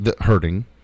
hurting